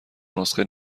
نسخه